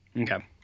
Okay